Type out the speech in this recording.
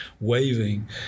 waving